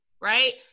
right